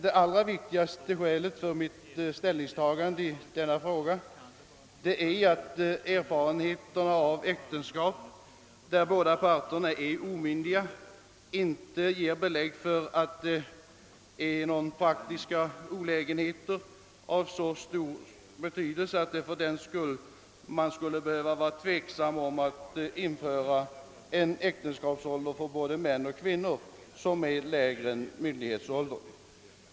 Det allra viktigaste skälet för mitt ställningstagande i denna fråga är dock att erfarenheterna av äktenskap där båda parter är omyndiga inte ger belägg för att de praktiska olägenheterna är av så stor betydelse att man av hänsyn därtill skulle behöva vara tveksam om att införa en äktenskapsålder för både män och kvinnor som är lägre än myndighetsåldern.